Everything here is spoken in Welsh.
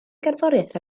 gerddoriaeth